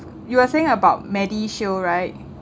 you are saying about MediShield right